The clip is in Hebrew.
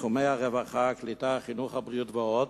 בתחומי הרווחה, הקליטה, החינוך הבריאות ועוד,